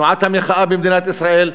שתנועת המחאה במדינת ישראל,